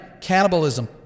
cannibalism